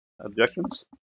Objections